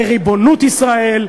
בריבונות ישראל,